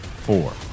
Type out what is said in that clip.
Four